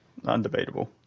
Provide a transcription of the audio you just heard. Undebatable